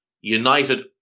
United